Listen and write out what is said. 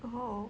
orh